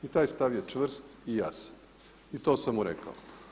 I taj stav je čvrst i jasan i to sam mu rekao.